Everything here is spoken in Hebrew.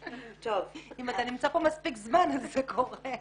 אם אתה נמצא פה מספיק זמן, אז זה קורה.